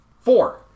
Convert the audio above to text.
Four